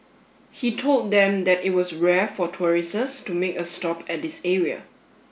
he told them that it was rare for tourists to make a stop at this area